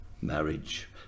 Marriage